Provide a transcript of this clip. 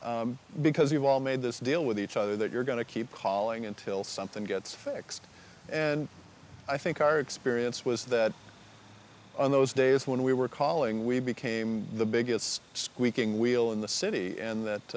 running because you've all made this deal with each other that you're going to keep calling until something gets fixed and i think our experience was that on those days when we were calling we became the biggest squeaking wheel in the city and that